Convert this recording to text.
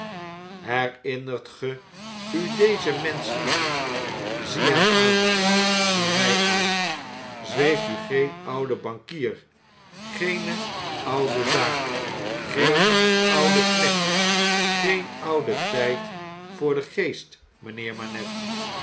herinnert ge u dezen mensch niet zie hem aan zie mn aan zweeft u geen oude bankier geene oude zaak geen oude knecht geen oude tyd voor den geest mijnheer manette